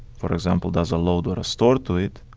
for example, does a load or a store to it.